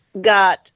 got